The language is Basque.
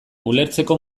ulertzeko